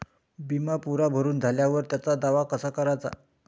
बिमा पुरा भरून झाल्यावर त्याचा दावा कसा कराचा?